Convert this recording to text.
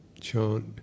chant